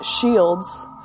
shields